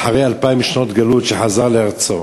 שאחרי אלפיים שנות גלות חזר לארצו.